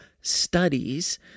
studies